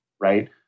right